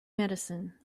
medicine